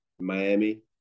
miami